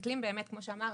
כשמסתכלים באמת כמו שאמרת,